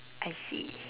I see